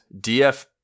DF